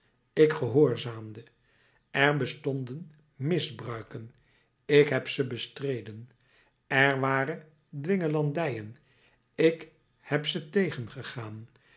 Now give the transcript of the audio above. ik gehoorzaamde er bestonden misbruiken ik heb ze bestreden er waren dwingelandijen ik heb ze tegengegaan